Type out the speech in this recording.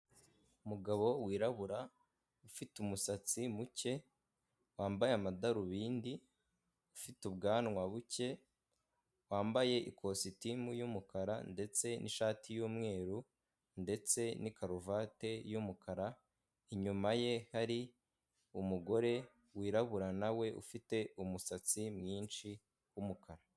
Umugabo wirabura ufite umusatsi muke, wambaye amadarubindi, ufite ubwanwa buke, wambaye ikositimu y'umukara ndetse n'ishati y'umweru, ndetse na karuvati y'umukara inyuma ye hari umugore wirabura ufite umusatsi mwinshi w'umukara.